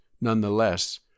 nonetheless